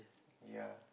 ya